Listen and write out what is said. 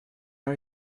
are